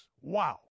Wow